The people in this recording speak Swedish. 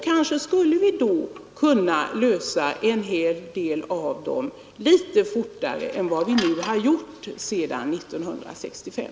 Kanske skulle vi då kunna lösa en hel del av dem litet snabbare än vad vi har gjort sedan 1965.